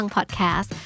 Podcast